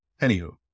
Anywho